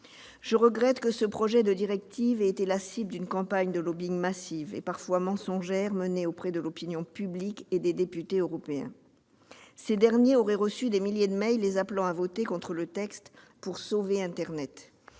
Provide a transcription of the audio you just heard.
Je regrette que le projet de directive ait été la cible d'une campagne de lobbying massive et parfois mensongère menée auprès de l'opinion publique et des députés européens. Ces derniers auraient reçu des milliers de mails les appelant à voter contre le texte pour « sauver internet »